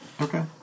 Okay